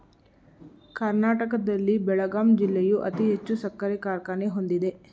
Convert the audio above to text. ಕರ್ನಾಟಕದಲ್ಲಿ ಬೆಳಗಾಂ ಜಿಲ್ಲೆಯು ಅತಿ ಹೆಚ್ಚು ಸಕ್ಕರೆ ಕಾರ್ಖಾನೆ ಹೊಂದಿದೆ